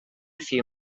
few